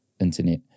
internet